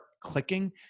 clicking